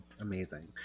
amazing